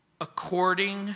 According